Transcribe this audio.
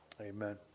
Amen